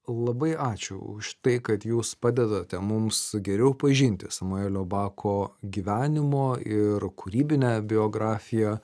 labai ačiū už tai kad jūs padedate mums geriau pažinti samuelio bako gyvenimo ir kūrybinę biografiją